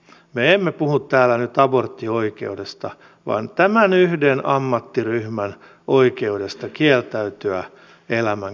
me emme puhu täällä nyt aborttioikeudesta vaan tämän yhden ammattiryhmän oikeudesta kieltäytyä elämän keskeytyksestä